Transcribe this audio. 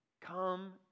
Come